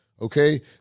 okay